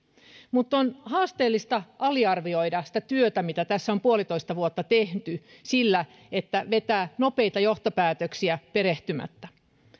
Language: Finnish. mutta on haasteellista aliarvioida sitä työtä mitä on puolitoista vuotta tehty sillä että vetää nopeita johtopäätöksiä perehtymättä